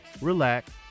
relax